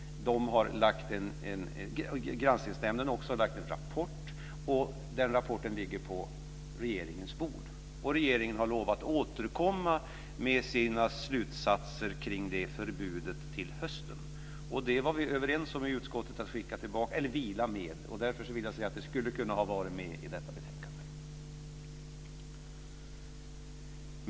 Granskningsnämnden har också lagt fram en rapport. Den rapporten ligger på regeringens bord, och regeringen har lovat att återkomma med sina slutsatser kring det förbudet till hösten. Vi var överens om i utskottet att vila med det här. Därför vill jag säga att det skulle ha kunnat vara med i detta betänkande.